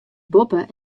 boppe